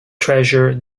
treasure